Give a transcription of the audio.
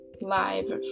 live